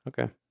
Okay